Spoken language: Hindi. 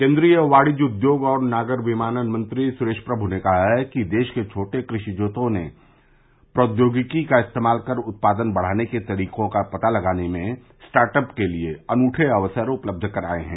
केन्द्रीय वाणिज्य उद्योग और नागर विमानन मंत्री सुरेश प्रमु ने कहा है कि देश के छोटे कृषि जोतों ने प्रौद्योगिकी का इस्तेमाल कर उत्पादन बढ़ाने के तरीकों का पता लगाने में स्टार्टअप के लिए अनूठे अवसर उपलब्ध कराये हैं